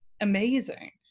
amazing